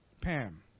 Pam